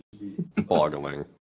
boggling